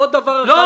עוד דבר אחד.